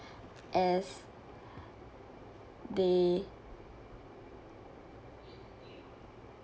as they